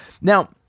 now